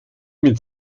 mit